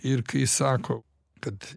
ir kai sako kad